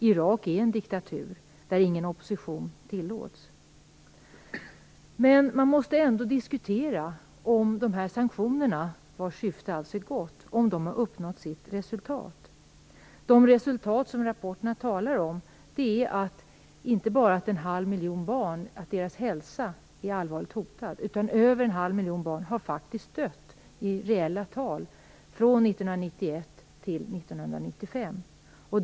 Irak är en diktatur där ingen opposition tillåts. Man måste ändå diskutera om sanktionerna, vars syfte alltså är gott, har gett det avsedda resultatet. De resultat som det i rapporterna talas om är inte bara att hälsan för en halv miljon barn är allvarligt hotad, utan över en halv miljon barn faktiskt dött mellan 1991 och 1995.